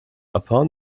upon